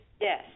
Yes